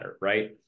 right